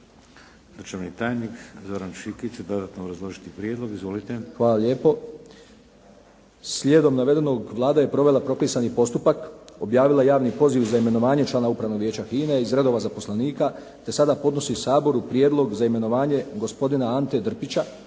Hvala lijepo. Slijedom navedenog Vlada je provela propisani postupak, objavila javni poziv za imenovanje člana Upravnog vijeća HINA-e iz redova zaposlenika te sada podnosi Saboru prijedlog za imenovanje gospodina Ante Drpića